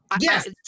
Yes